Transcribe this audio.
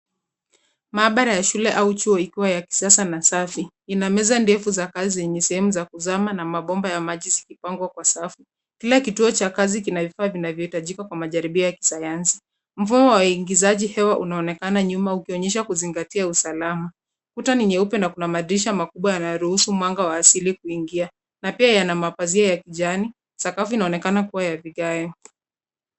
Maabara ya shule au chuo ikiwa ya kisasa na safi. Ina meza ndefu za kazi yenye sehemu za kuzama na mabomba ya maji zikipangwa kwa safu. Kila kituo cha kazi kina vifaa vinavyohitajika kwa majaribio ya kisayansi. Mfumo wa uingizaji hewa unaonekana nyuma ukionyesha kuzingatia usalama. Kuta ni nyeupe na kuna madirisha makubwa yanaruhusu mwanga wa asili kuingia. Na pia yana mapazia ya kijani. Sakafu inaonekana kuwa ya vigae.